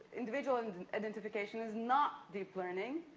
individual and identification, is not deep learning.